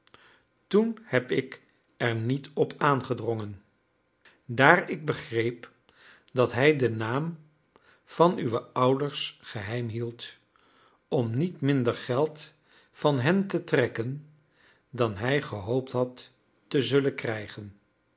toen heb ik er niet op aangedrongen daar ik begreep dat hij den naam van uwe ouders geheim hield om niet minder geld van hen te trekken dan hij gehoopt had te zullen krijgen